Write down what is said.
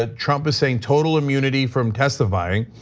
ah trump is saying total immunity from testifying.